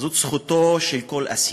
זאת זכותו של כל אסיר.